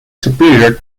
superior